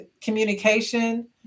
communication